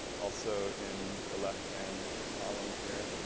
also, in the left hand column here,